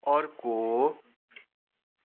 अर्को